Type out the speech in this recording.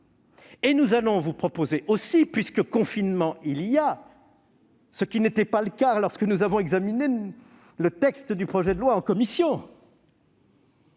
Nous allons vous proposer aussi, puisque confinement il y a, ce qui n'était pas le cas lorsque nous avons examiné le texte du projet de loi en commission,